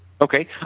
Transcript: Okay